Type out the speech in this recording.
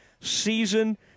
season